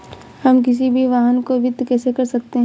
हम किसी भी वाहन को वित्त कैसे कर सकते हैं?